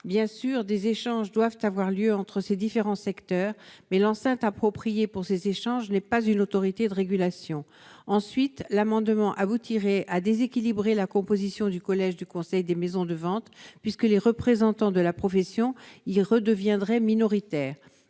bien sûr des échanges doivent avoir lieu entre ces différents secteurs, mais l'enceinte appropriée pour ces échanges n'est pas une autorité de régulation ensuite l'amendement aboutirait à déséquilibrer la composition du collège du Conseil des maisons de vente puisque les représentants de la profession, il redeviendrait minoritaire,